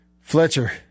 Fletcher